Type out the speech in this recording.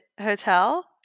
hotel